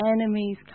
enemies